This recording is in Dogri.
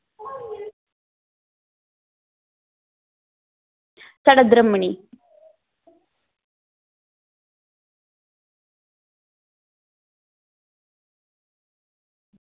साढ़े इद्धर बी नेईं